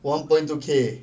one point two K